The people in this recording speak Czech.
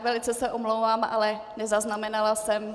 Velice se omlouvám, ale nezaznamenala jsem.